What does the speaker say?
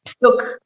look